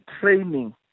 training